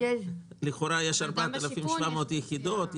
לכאורה יש 4,700 יחידות,